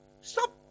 Stop